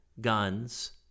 guns